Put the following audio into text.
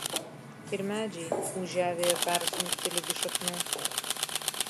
ir medžiai ūžią vėjo persunkti ligi šaknų